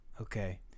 Okay